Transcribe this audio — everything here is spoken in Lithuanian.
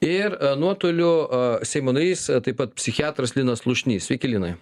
ir nuotoliu a seimo narys taip pat psichiatras linas slušnys sveiki linai